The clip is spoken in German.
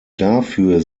dafür